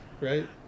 right